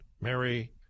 Mary